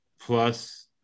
plus